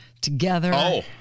together